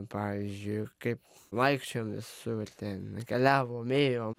pavyzdžiui kaip vaikščiojom visur ten keliavom ėjom